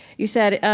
you said,